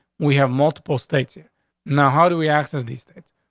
we have multiple states yeah now, how do we access the states?